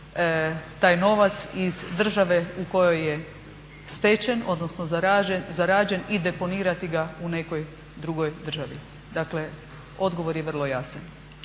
taj novac iz države u kojoj je stečen, odnosno zarađen, i deponirati ga u nekoj drugoj državi. Dakle, odgovor je vrlo jasan.